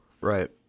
Right